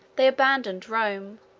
they abandoned rome,